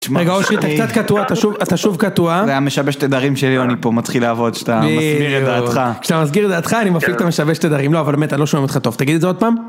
רגע אושי אתה קצת קטוע אתה שוב אתה שוב קטוע זה המשבש תדרים של יוני מתחיל לעבוד שאתה מזכיר את דעתך כשאתה מזכיר את דעתך אני מפיק את המשבש תדרים לא אבל באמת אני לא שומע אותך טוב תגיד את זה עוד פעם